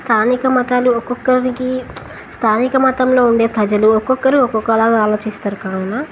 స్థానిక మతాలు ఒక్కొక్కరికి స్థానిక మతంలో ఉండే ప్రజలు ఒక్కొక్కరు ఒక్కొక్కలా ఆలోచిస్తారు కావున